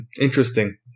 interesting